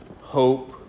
hope